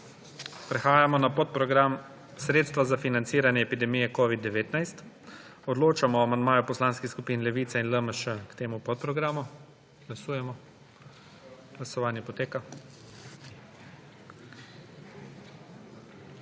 Prehajamo na podprogram Sredstva za financiranje epidemije covida-19. Odločamo o amandmaju poslanskih skupin Levica in LMŠ k temu podprogramu. Glasujemo. Navzočih